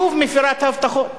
שוב מפירה את ההבטחות,